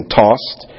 tossed